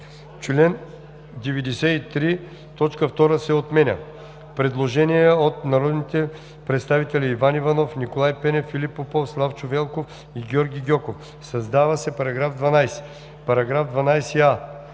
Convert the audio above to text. чл. 93 т. 2 се отменя.“ Предложение от народните представители Иван Иванов, Николай Пенев, Филип Попов, Славчо Велков и Георги Гьоков: „Създава се § 12а: „§ 12а.